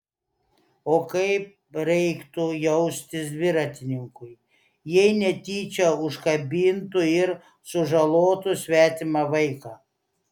o kaip reiktų jaustis dviratininkui jei netyčia užkabintų ir sužalotų svetimą vaiką